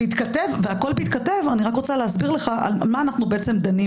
והכול בהתכתב אני רוצה להסביר מה אנו דנים